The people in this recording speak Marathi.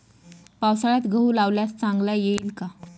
पावसाळ्यात गहू लावल्यास चांगला येईल का?